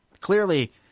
clearly